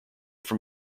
from